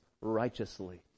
righteously